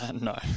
No